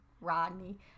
Rodney